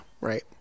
right